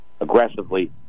aggressively